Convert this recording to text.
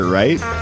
right